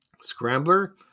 scrambler